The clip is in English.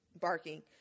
barking